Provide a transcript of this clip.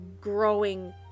growing